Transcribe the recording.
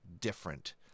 different